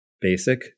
basic